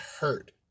hurt